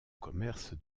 commerce